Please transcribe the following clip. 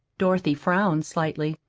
dorothy frowned slightly.